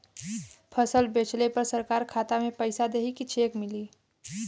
फसल बेंचले पर सरकार खाता में पैसा देही की चेक मिली?